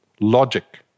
logic